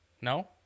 No